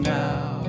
now